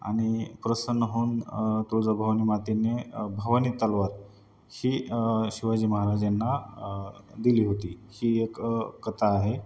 आणि प्रसन्न होऊन तुळजाभवानी मातेने भवानी तलवार ही शिवाजी महाराजांना दिली होती ही एक कथा आहे